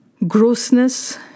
grossness